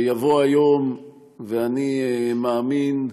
שיבוא היום ואני מאמין,